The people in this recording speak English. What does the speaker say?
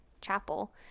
chapel